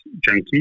junkie